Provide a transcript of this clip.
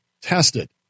tested